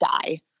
die